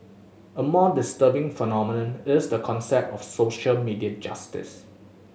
a more disturbing phenomenon is the concept of social media justice